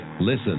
listen